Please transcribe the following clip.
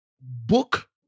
book